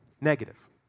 Negative